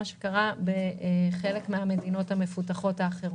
שקרה בחלק מן המדינות המפותחות האחרות.